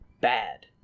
bad